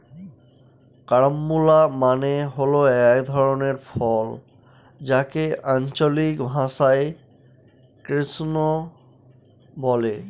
carambola মানে হল এক ধরনের ফল যাকে আঞ্চলিক ভাষায় ক্রাঞ্চ বলে